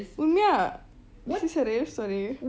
உண்மையா:unmaiya this is a real story